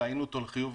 ראינו אותו לחיוב